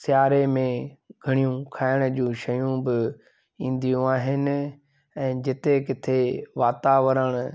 सीआरे में घणियूं खाइण जूं शयूं बि ईंदियूं आहिनि ऐं जिते किथे वातावरणु